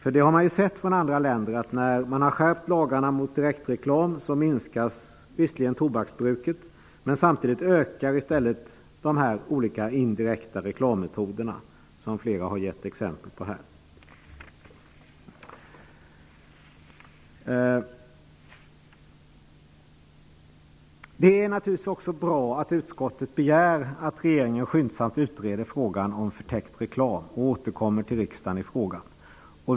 Vi har sett från andra länder att när man har skärpt lagarna mot direktreklam så minskas visserligen tobaksbruket, men samtidigt ökar de olika indirekta reklammetoderna, vilket flera här har givit exempel på. Det är naturligtvis bra att utskottet begär att regeringen skyndsamt utreder frågan om förtäckt reklam och återkommer till riksdagen i frågan.